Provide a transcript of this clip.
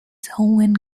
selwyn